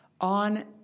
on